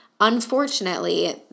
Unfortunately